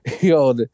yo